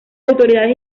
autoridades